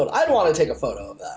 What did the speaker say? but i'd wanna take a photo